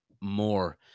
more